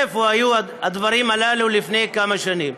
איפה היו הדברים האלה לפני כמה שנים?